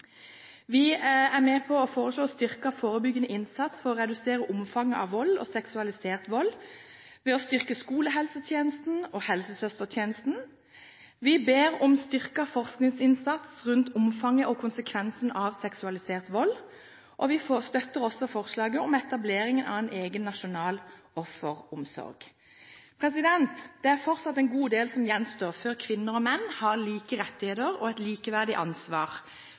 Vi er med på å foreslå å styrke den forebyggende innsatsen for å redusere omfanget av vold og seksualisert vold ved å styrke skolehelsetjenesten og helsesøstertjenesten. Vi ber om styrket forskningsinnsats rundt omfanget og konsekvensen av seksualisert vold, og vi støtter også forslaget om etablering av en egen nasjonal offeromsorg. Det er fortsatt en god del som gjenstår før kvinner og menn har like rettigheter og et likeverdig ansvar